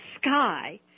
sky